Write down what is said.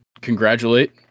congratulate